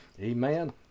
Amen